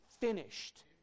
finished